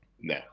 No